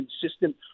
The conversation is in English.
consistent